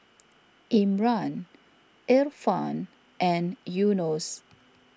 Imran Irfan and Yunos